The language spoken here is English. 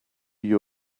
you